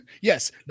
Yes